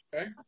Okay